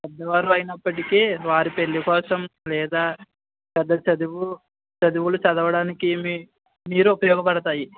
పెద్దవారు అయినప్పటకి వారి పెళ్ళికోసం లేదా పెద్ద చదువు చదువులు చదవడానికి మీ మీరు ఉపయోగపడతాయి